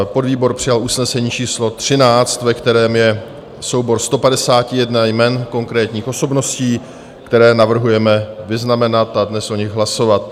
Podvýbor přijal usnesení číslo 13, ve kterém je soubor 151 jmen konkrétních osobností, které navrhujeme vyznamenat a dnes o nich hlasovat.